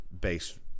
base